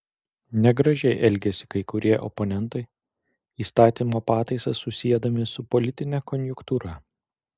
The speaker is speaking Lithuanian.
negražiai elgiasi kai kurie oponentai įstatymo pataisas susiedami su politine konjunktūra